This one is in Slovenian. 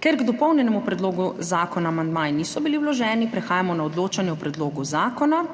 Ker k dopolnjenemu predlogu zakona amandmaji niso bili vloženi, prehajamo na odločanje o predlogu zakona.